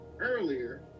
earlier